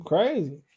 Crazy